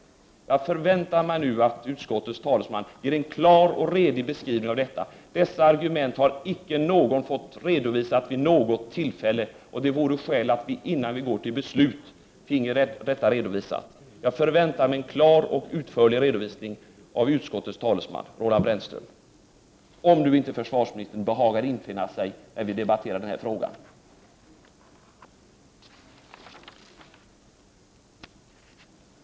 Jag väntar mig att utskottets talesman ger en klar och redig beskrivning av detta. De argumenten har icke någon fått redovisade vid något tillfälle, och det vore skäl att få det innan vi går till beslut. Jag väntar mig alltså en klar och utförlig redovisning av utskottets talesman Roland Brännström om inte försvarsministern behagar infinna sig medan vi debatterar den här frågan.